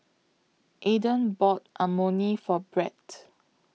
Aaden bought Imoni For Bret